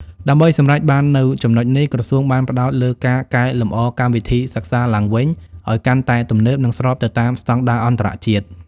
ដើម្បីសម្រេចបាននូវចំណុចនេះ ក្រសួងបានផ្តោតលើការកែលម្អកម្មវិធីសិក្សាឡើងវិញឱ្យកាន់តែទំនើប និងស្របទៅតាមស្តង់ដារអន្តរជាតិ។